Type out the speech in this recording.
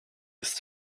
jest